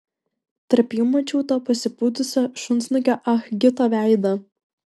tarp jų mačiau to pasipūtusio šunsnukio ah gito veidą